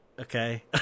okay